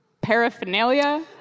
paraphernalia